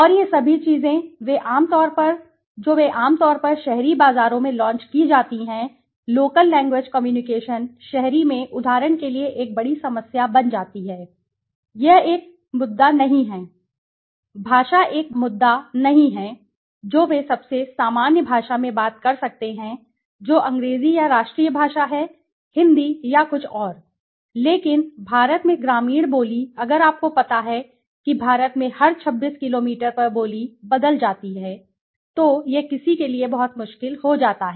और ये सभी चीजें जो वे आम तौर पर शहरी बाजारों में लॉन्च की जाती हैं लोकल लैंग्वेज कम्युनिकेशन शहरी में उदाहरण के लिए एक बड़ी समस्या बन जाती है यह एक मुद्दा नहीं है भाषा एक मुद्दा नहीं है जो वे सबसे सामान्य भाषा में बात कर सकते हैं जो अंग्रेजी या राष्ट्रीय भाषा है हिंदी या कुछ और लेकिन भारत में ग्रामीण बोली अगर आपको पता है कि भारत में हर 26 किलोमीटर पर बोली बदल जाती है तो यह किसी के लिए बहुत मुश्किल हो जाता है